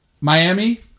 Miami